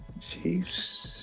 Chiefs